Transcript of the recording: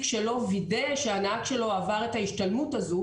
שלא וידא שהנהג שלו עבר את ההשתלמות הזו,